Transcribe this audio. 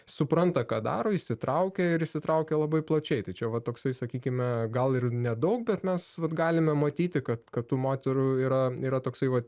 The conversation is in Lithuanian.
supranta ką daro įsitraukia ir įsitraukia labai plačiai tai čia va toksai sakykime gal ir nedaug bet mes galime matyti kad kad tų moterų yra yra toksai va